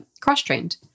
cross-trained